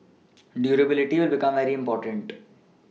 durability will become very important